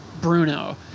Bruno